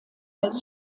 als